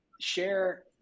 share